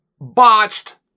botched